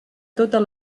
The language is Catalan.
totes